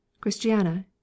Christiana